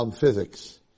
Physics